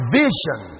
vision